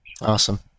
Awesome